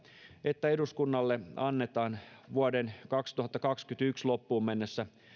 että eduskunnalle annetaan vuoden kaksituhattakaksikymmentäyksi loppuun mennessä